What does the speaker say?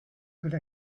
could